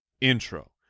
intro